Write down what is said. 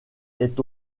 est